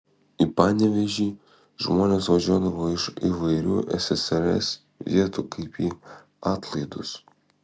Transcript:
į panevėžį žmonės važiuodavo iš įvairių ssrs vietų kaip į atlaidus